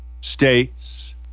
state's